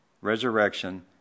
resurrection